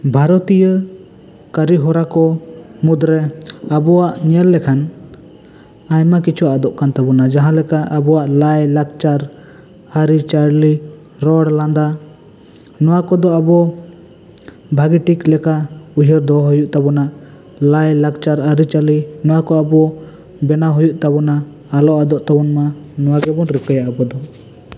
ᱵᱷᱟᱨᱚᱛᱤᱭᱚ ᱠᱟᱹᱨᱤᱦᱚᱨᱟ ᱠᱚ ᱢᱩᱫᱽ ᱨᱮ ᱟᱵᱚᱣᱟᱜ ᱧᱮᱞ ᱞᱮᱠᱷᱟᱱ ᱟᱭᱢᱟ ᱠᱤᱪᱷᱩ ᱟᱫᱚᱜ ᱠᱟᱱ ᱛᱟᱵᱚᱱᱟ ᱡᱟᱦᱟᱸ ᱞᱮᱠᱟ ᱞᱟᱭ ᱞᱟᱠᱪᱟᱨ ᱟᱹᱨᱤ ᱪᱟᱹᱞᱤ ᱨᱚᱲ ᱞᱟᱸᱫᱟ ᱱᱚᱣᱟ ᱠᱚᱫᱚ ᱟᱵᱚ ᱵᱷᱟᱜᱮ ᱴᱷᱤᱠ ᱞᱮᱠᱟ ᱩᱭᱦᱟᱨ ᱴᱷᱤᱠ ᱦᱩᱭᱩᱜ ᱛᱟᱵᱚᱱᱟ ᱞᱟᱭ ᱞᱟᱠᱪᱟᱨ ᱟᱹᱨᱤ ᱪᱟᱹᱞᱤ ᱱᱚᱣᱟ ᱠᱚ ᱟᱵᱚ ᱵᱮᱱᱟᱣ ᱦᱩᱭᱩᱜ ᱛᱟᱵᱚᱱᱟ ᱟᱞᱚ ᱟᱫᱚᱜ ᱛᱟᱵᱚᱱ ᱢᱟ ᱱᱚᱣᱟ ᱜᱮᱵᱚ ᱨᱤᱠᱟᱹᱭ ᱟᱵᱚ ᱫᱚ